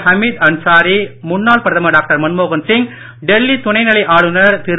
ஹமீத் அன்சாரி முன்னாள் பிரதமர் டாக்டர் மன்மோகன்சிங் டெல்லி துணைநிலை ஆளுநர் திரு